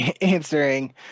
answering